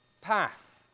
path